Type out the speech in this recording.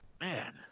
Man